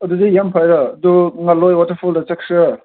ꯑꯗꯨꯗꯤ ꯌꯥꯝ ꯐꯩꯗ ꯑꯗꯨ ꯉꯥꯂꯣꯏ ꯋꯥꯇꯔꯐꯣꯜꯗ ꯆꯠꯁꯤꯔ